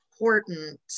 important